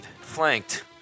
flanked